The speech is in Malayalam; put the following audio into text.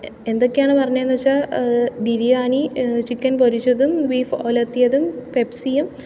എന്തൊക്കെയാണ് പറഞ്ഞത് എന്ന് വെച്ചാൽ ബിരിയാണി ചിക്കൻ പൊരിച്ചതും ബീഫ് ഉലത്തിയതും പെപ്സിയും